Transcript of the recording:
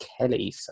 Kelly